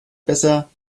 besser